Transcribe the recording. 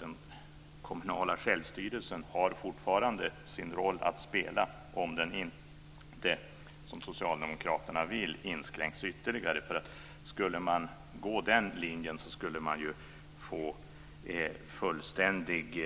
Den kommunala självstyrelsen har fortfarande sin roll att spela, om den inte - som socialdemokraterna vill - inskränks ytterligare. I så fall skulle det bli en fullständig